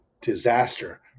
disaster